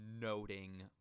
noting